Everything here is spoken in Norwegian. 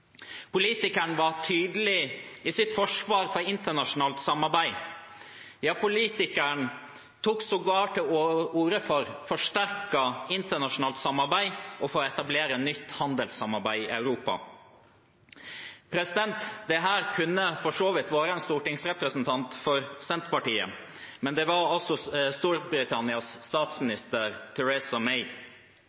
Politikeren var tydelig i sitt forsvar for internasjonalt samarbeid. Ja, politikeren tok sågar til orde for forsterket internasjonalt samarbeid og for å etablere et nytt handelssamarbeid i Europa. Dette kunne for så vidt vært en stortingsrepresentant fra Senterpartiet, men det var altså Storbritannias statsminister Theresa May